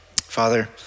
father